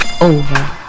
over